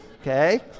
Okay